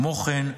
כמו כן,